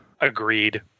Agreed